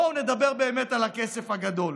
בואו נדבר באמת על הכסף הגדול.